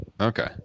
Okay